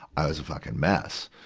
i was fucking mess.